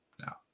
now